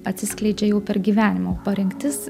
atsiskleidžia jau per gyvenimą o parengtis